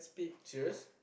serious